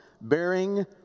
bearing